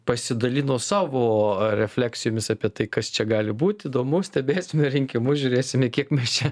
pasidalino savo refleksijomis apie tai kas čia gali būt įdomu stebės rinkimus žiūrėsime kiek mes čia